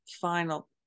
final